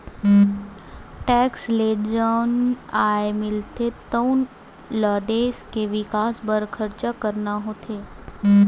tax ले जउन आय मिलथे तउन ल देस के बिकास बर खरचा करना होथे